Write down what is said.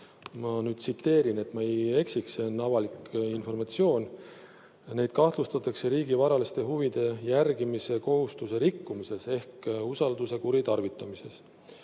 ma tsiteerin, et ma ei eksiks, see on avalik informatsioon –, et neid kahtlustatakse riigi varaliste huvide järgimise kohustuse rikkumises ehk usalduse kuritarvitamises.